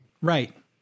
Right